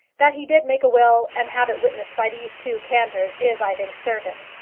that he did make a will, and have it witnessed by these two cantors, is, i think, certain.